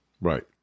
Right